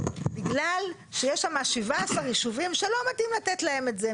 בגלל שיש שם 17 יישובים שלא מתאים לתת להם את זה.